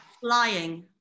Flying